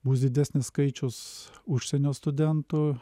bus didesnis skaičius užsienio studentų